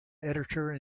editor